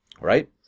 right